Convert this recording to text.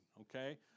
okay